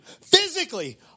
physically